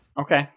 Okay